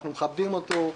אנחנו מכבדים אותו.